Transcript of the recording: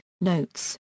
notes